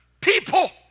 People